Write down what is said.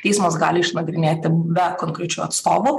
teismas gali išnagrinėti be konkrečių atstovų